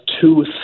two